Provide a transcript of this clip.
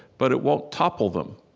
but it won't topple them,